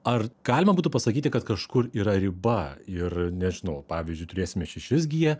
ar galima būtų pasakyti kad kažkur yra riba ir nežinau pavyzdžiui turėsime šešis gie